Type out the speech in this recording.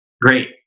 Great